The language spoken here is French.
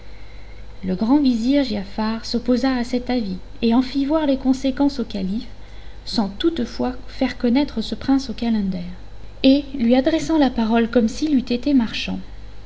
le grand vizir giafar s'opposa à cet avis et en fit voir les conséquences au calife sans toutefois faire connaître ce prince aux calenders et lui adressant la parole comme s'il eût été marchand